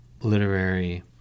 literary